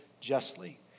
justly